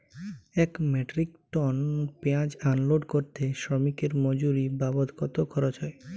এক metric ton পেঁয়াজ unload করতে শ্রমিকের মজুরি বাবদ কত খরচ হয়?